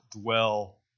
dwell